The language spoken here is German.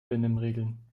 benimmregeln